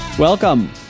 Welcome